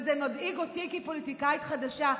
וזה מדאיג אותי כפוליטיקאית חדשה.